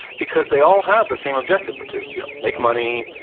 because they all have the same objective, which is you know make money,